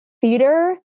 theater